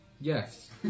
Yes